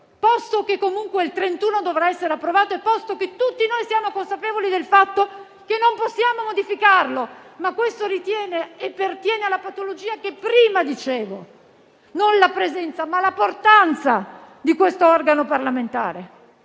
posto che comunque il 31 dicembre dovrà essere approvato e posto che tutti noi siamo consapevoli del fatto che non possiamo modificarlo. Questo, però, ritiene e pertiene alla patologia di cui prima parlavo: non la presenza, ma la portanza dell'organo parlamentare.